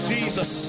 Jesus